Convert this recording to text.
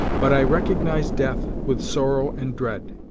but i recognised death with sorrow and dread,